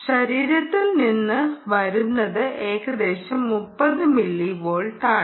ശരീരത്തിൽ നിന്ന് വരുന്നത് ഏകദേശം 30 മില്ലി വോൾട്ടാണ്